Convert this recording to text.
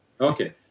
Okay